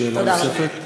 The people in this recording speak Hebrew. שאלה נוספת.